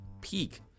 Peak